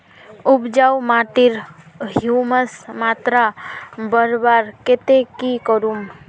उपजाऊ माटिर ह्यूमस मात्रा बढ़वार केते की करूम?